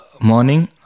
morning